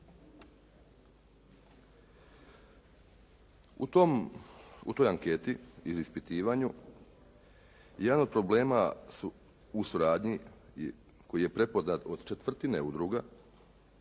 U toj anketi ili ispitivanju, jedan od problema su u suradnji koji je prepoznat od četvrtine udruga